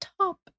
top